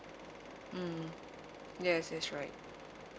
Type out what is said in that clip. mm yes yes right